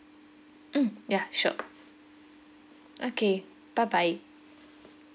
mm yeah sure okay bye bye